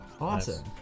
Awesome